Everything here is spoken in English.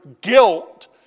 guilt